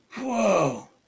Whoa